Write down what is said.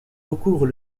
recouvrent